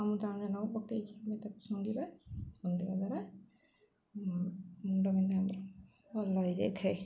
ଅମୃତାଜନ ହଉ ପକାଇକି ଆମେ ତାକୁ ଶୁଙ୍ଗିବା ଶୁଙ୍ଗିବା ଦ୍ୱାରା ମୁଣ୍ଡ ବିନ୍ଧା ଭଲ ହେଇଯାଇ ଥାଏ